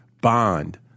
Bond